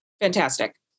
fantastic